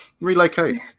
relocate